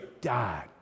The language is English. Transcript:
died